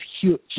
huge